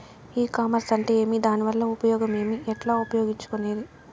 ఈ కామర్స్ అంటే ఏమి దానివల్ల ఉపయోగం ఏమి, ఎట్లా ఉపయోగించుకునేది?